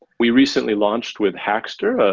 we recently launched with hackster, ah